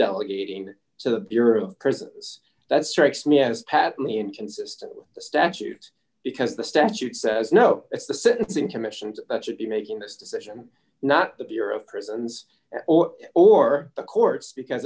delegating to the bureau of prisons that strikes me as pat meehan consistent with the statute because the statute says no it's the sentencing commissions that should be making this decision not the bureau of prisons or the courts because